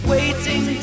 Waiting